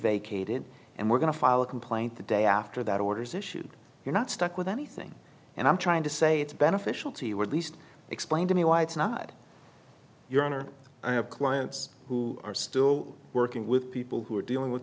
vacated and we're going to file a complaint the day after that orders issued you're not stuck with anything and i'm trying to say it's beneficial to you or least explain to me why it's not your honor i have clients who are still working with people who are dealing with